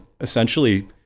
essentially